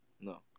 no